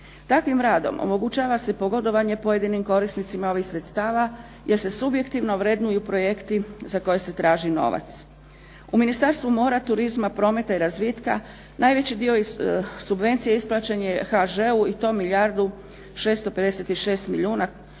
Takvim radom omogućava se pogodovanje pojedinim korisnicima ovih sredstava jer se subjektivno vrednuju projekti za koje se traži novac. U Ministarstvu mora, turizma, prometa i razvitka najveći dio subvencija isplaćen je HŽ-u i to milijardu 656 milijuna, od